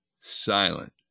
silent